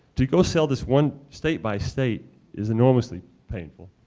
to go sell this one state by state is enormously painful.